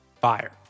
Fire